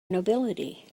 nobility